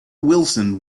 wilson